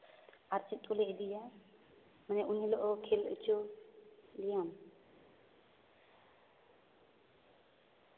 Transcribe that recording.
ᱟᱨ ᱪᱮᱫ ᱠᱚᱞᱮ ᱤᱫᱤᱭᱟ ᱢᱟᱱᱮ ᱩᱱ ᱦᱤᱞᱳᱜ ᱦᱚᱸ ᱠᱷᱮᱞ ᱚᱪᱚ ᱞᱮᱭᱟᱢ